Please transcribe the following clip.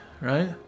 right